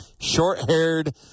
short-haired